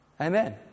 Amen